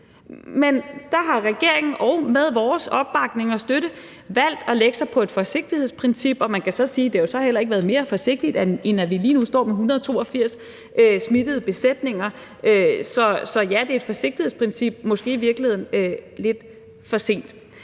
Men der har regeringen, med vores opbakning og støtte, valgt at lægge sig på et forsigtighedsprincip. Man kan så sige, at det jo så heller ikke har været mere forsigtigt, end at vi lige nu står med 182 smittede besætninger. Så ja, det er et forsigtighedsprincip, men måske i virkeligheden lidt for sent.